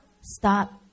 stop